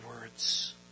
words